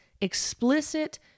explicit